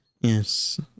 Yes